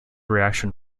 reaction